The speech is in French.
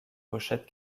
pochette